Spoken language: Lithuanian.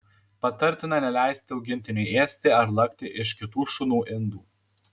patartina neleisti augintiniui ėsti ar lakti iš kitų šunų indų